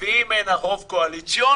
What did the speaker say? מביאים הנה רוב קואליציוני,